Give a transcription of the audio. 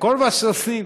וכל מה שעושים,